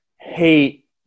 hate